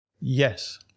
Yes